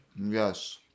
Yes